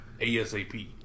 ASAP